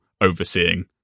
overseeing